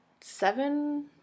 seven